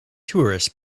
tourists